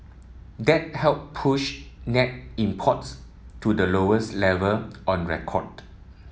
that helped push net imports to the lowest level on record